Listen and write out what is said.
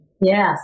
yes